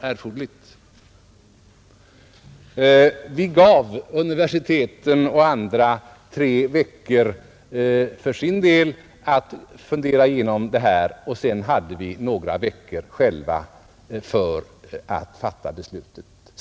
Vi gav universiteten och andra tre veckor att fundera igenom det här, och sedan hade vi några veckor själva för att fatta beslutet.